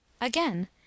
Again